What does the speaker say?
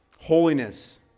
holiness